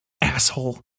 asshole